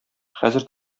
хәзер